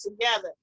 together